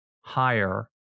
higher